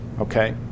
Okay